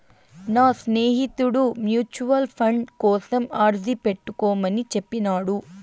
నా స్నేహితుడు mutual fund కోసం అర్జీ పెట్టుకోమని చెప్పినాడు